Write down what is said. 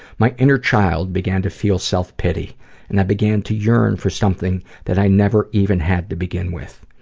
my inner child began to feel self-pity and i began to yearn for something that i never even had to begin with.